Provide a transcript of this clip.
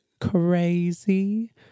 crazy